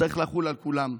צריך לחול על כולם.